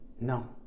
no